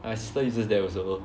my sister uses that also